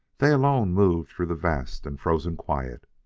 they alone moved through the vast and frozen quiet,